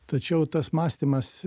tačiau tas mąstymas